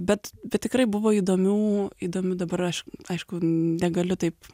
bet tikrai buvo įdomių įdomių dabar aš aišku negaliu taip